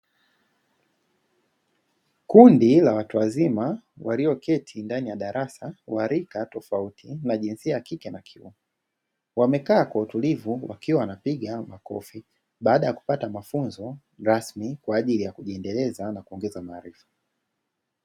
Kundi la watu wazima walioketi ndani ya darasa wa rika tofauti na jinsia ya kike na kiume, wamekaa kwa utulivu wakiwa wanapiga makofi baada ya kupata mafunzo rasmi kwa ajili ya kujiendeleza na kuongeza maarifa.